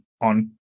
on